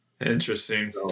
Interesting